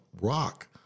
rock